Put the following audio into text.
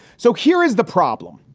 so here is the problem.